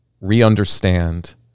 re-understand